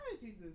Jesus